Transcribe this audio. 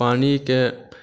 पानीके